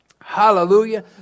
Hallelujah